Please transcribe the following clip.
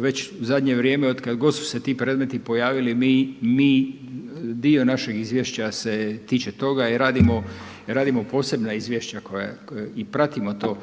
Već zadnje vrijeme od kada god su se ti predmeti pojavili mi dio našeg izvješća se tiče toga i radimo posebna izvješća i pratimo to.